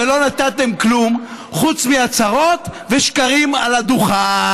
ולא נתתם כלום חוץ מהצהרות ושקרים על הדוכן.